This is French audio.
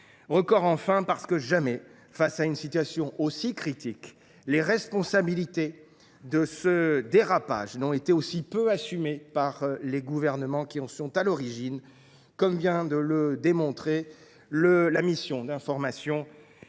d’euros. Jamais, face à une situation aussi critique, les responsabilités de ce dérapage n’ont été aussi peu assumées par les gouvernements qui en sont à l’origine, comme vient de le montrer la mission d’information